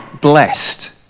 blessed